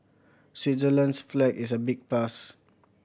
Switzerland's flag is a big plus